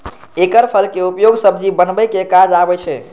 एकर फल के उपयोग सब्जी बनबै के काज आबै छै